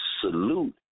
salute